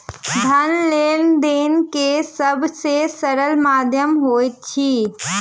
धन लेन देन के सब से सरल माध्यम होइत अछि